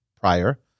prior